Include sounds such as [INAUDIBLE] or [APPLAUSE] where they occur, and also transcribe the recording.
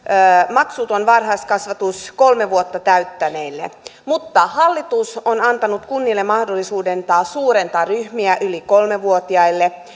maksuton varhaiskasvatus kolme vuotta täyttäneille mutta hallitus on antanut kunnille mahdollisuuden taas suurentaa ryhmiä yli kolmevuotiaille [UNINTELLIGIBLE]